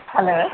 hello